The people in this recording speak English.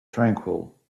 tranquil